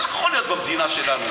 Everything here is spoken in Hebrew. לא יכול להיות במדינה שלנו.